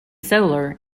solar